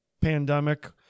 pandemic